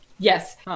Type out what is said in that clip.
Yes